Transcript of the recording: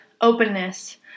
openness